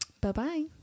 Bye-bye